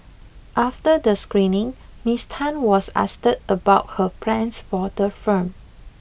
after the screening Miss Tan was asked about her plans for the film